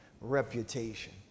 reputation